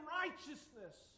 righteousness